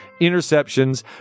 interceptions